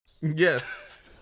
Yes